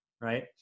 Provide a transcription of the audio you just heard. right